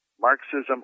Marxism